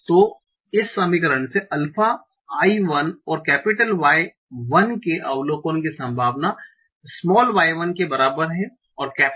तो इस समीकरण से अल्फा i 1 जो Y 1 के अवलोकन की संभावना y 1 के बराबर है और X 1 i